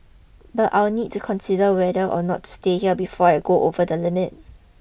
but I'll need to consider whether or not to stay here before I go over the limit